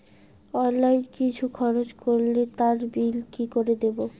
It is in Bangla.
অনলাইন কিছু খরচ করলে তার বিল কি করে দেবো?